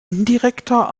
indirekter